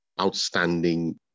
outstanding